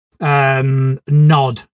nod